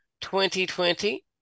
2020